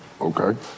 okay